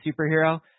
superhero